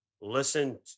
listen